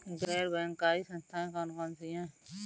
गैर बैंककारी संस्थाएँ कौन कौन सी हैं?